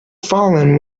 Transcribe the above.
fallen